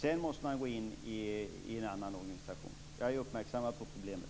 Sedan måste man gå in i en annan organisation. Jag är uppmärksammad på problemet.